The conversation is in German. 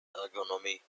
ergonomie